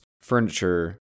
furniture